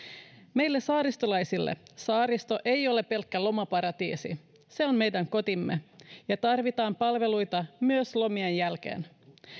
meille saaristolaisille saaristo ei ole pelkkä lomaparatiisi se on meidän kotimme ja palveluita tarvitaan myös lomien jälkeen